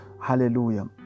Hallelujah